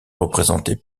représenté